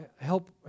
help